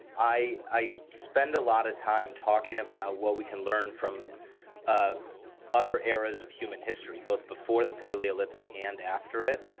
i i spend a lot of time talking about what we can learn from ah other eras of human history both before the paleolithic and after it.